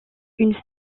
une